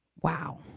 Wow